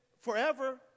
forever